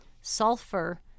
Sulfur